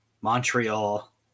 Montreal